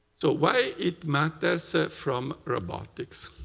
so why it matters from robotics?